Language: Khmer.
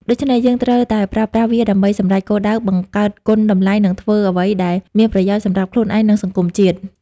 ដូច្នេះយើងគួរតែប្រើប្រាស់វាដើម្បីសម្រេចគោលដៅ បង្កើតគុណតម្លៃ និងធ្វើអ្វីដែលមានប្រយោជន៍សម្រាប់ខ្លួនឯង និងសង្គមជាតិ។